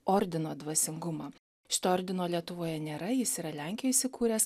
ordino dvasingumą šito ordino lietuvoje nėra jis yra lenkijoj įsikūręs